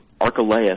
Archelaus